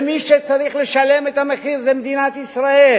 ומי שצריך לשלם את המחיר זאת מדינת ישראל,